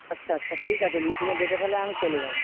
আচ্ছা আচ্ছা ঠিক আছে মিটিংয়ের ডেটে তাহলে আমি চলে যাব